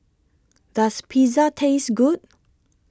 Does Pizza Taste Good